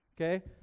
Okay